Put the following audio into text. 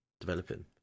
developing